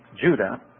Judah